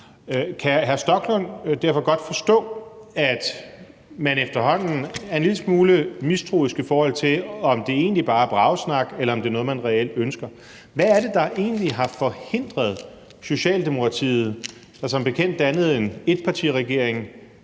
Rasmus Stoklund derfor godt forstå, at man efterhånden er en lille smule mistroisk, i forhold til om det egentlig bare er bragesnak, eller om det er noget, man reelt ønsker? Hvad er det egentlig, der har forhindret Socialdemokratiet, der som bekendt dannede en etpartiregering